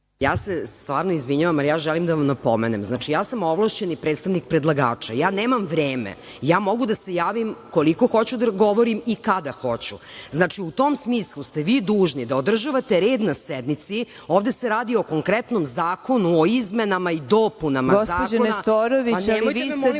Ja se izvinjavam zaista, ali ja želim da vam napomenem, znači ja sam ovlašćeni predstavnik predlagača, ja nemam vreme, ja mogu da se javim koliko hoću da govorim i kada hoću i u tom smislu ste vi dužni da održavate red na sednici, jer ovde se radi o konkretnom zakonu i izmenama i dopunama